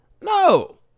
No